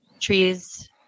trees